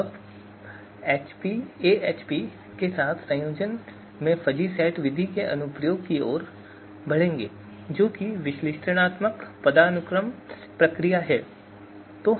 अब हम एएचपी के साथ संयोजन में फ़ज़ी सेट विधि के अनुप्रयोग की ओर बढ़ेंगे जो कि विश्लेषणात्मक पदानुक्रम प्रक्रिया है